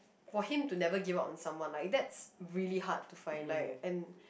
for him to never give up on someone like that's really hard to find like and